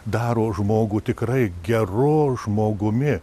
daro žmogų tikrai geru žmogumi